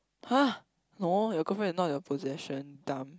[huh] no your girlfriend not your possession dumb